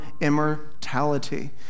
immortality